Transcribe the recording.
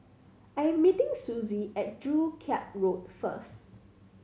I am meeting Sussie at Joo Chiat Road first